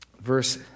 Verse